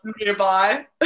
nearby